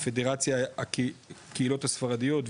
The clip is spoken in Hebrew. הפדרציה הקהילות הספרדיות,